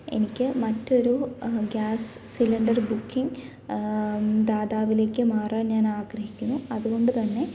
എനിക്ക് മറ്റൊരു gas cylinder booking ദാതാവിലേക്ക് മാറാൻ ഞാൻ ആഗ്രഹിക്കുന്നു അതുകൊണ്ടുതന്നെ